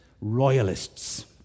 royalists